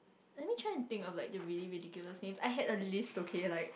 try and think of like the really ridiculous names I had a list okay like